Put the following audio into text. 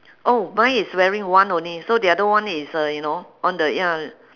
oh mine is wearing one only so the other one is uh you know on the ya